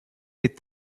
est